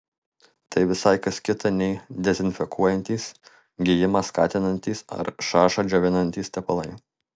tai visai kas kita nei dezinfekuojantys gijimą skatinantys ar šašą džiovinantys tepalai